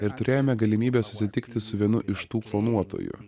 ir turėjome galimybę susitikti su vienu iš tų klonuotojų